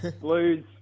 Blues